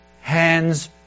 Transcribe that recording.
hands